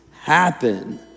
happen